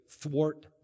thwart